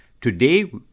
Today